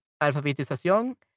Alfabetización